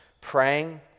praying